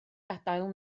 gadael